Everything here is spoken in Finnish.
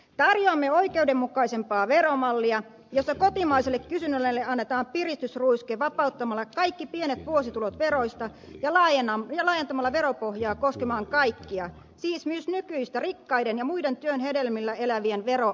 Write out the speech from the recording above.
tarjoamme oikeudenmukaisempaa veromallia jossa kotimaiselle kysynnälle annetaan piristysruiske vapauttamalla kaikki pienet vuositulot veroista ja laajentamalla veropohjaa koskemaan kaikkia siis myös nykyistä rikkaiden ja muiden tekemän työn hedelmillä elävien veroaatelia